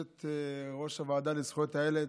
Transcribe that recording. יושבת-ראש הוועדה לזכויות הילד,